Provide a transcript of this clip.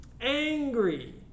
Angry